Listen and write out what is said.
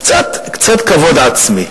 קצת כבוד עצמי.